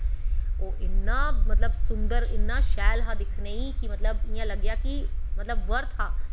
ओह् इन्ना मतबव सुन्दर इन्ना शैल हा दिक्खने गी मतलब इ'यां लग्गेआ कि मतलब बर्थ हा